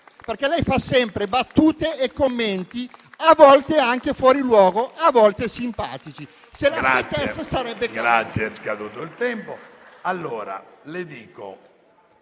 perché fa sempre battute e commenti, a volte anche fuori luogo, a volte simpatici. Se la smettesse, sarebbe